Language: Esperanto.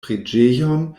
preĝejon